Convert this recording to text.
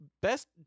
best